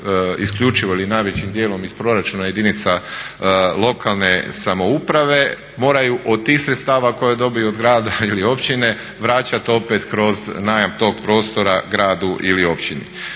isključivo ili najvećim dijelom iz proračuna jedinica lokalne samouprave moraju od tih sredstava koje dobiju od grada ili općine vraćati opet kroz najam tog prostora gradu ili općini.